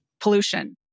pollution